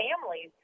families